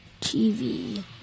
TV